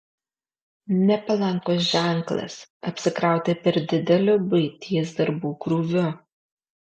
nepalankus ženklas apsikrauti per dideliu buities darbų krūviu